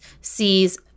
sees